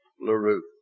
LaRue